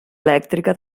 elèctrica